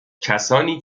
کسانی